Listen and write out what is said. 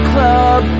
Club